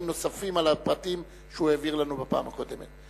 נוספים על הפרטים שהוא העביר לנו בפעם הקודמת.